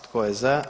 Tko je za?